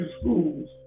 schools